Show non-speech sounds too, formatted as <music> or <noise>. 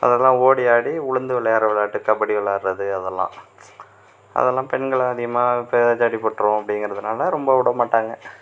அதெல்லாம் ஓடி ஆடி உழுந்து விளையாடுகிற விளையாட்டு கபடி விளையாடுவது அதெல்லாம் அதெல்லாம் பெண்கள் அதிகமாக <unintelligible> அடிப்பட்டிரும் அப்டிங்குறதுனால ரொம்ப விடமாட்டாங்க